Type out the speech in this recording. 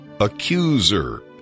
accuser